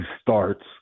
starts